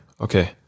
okay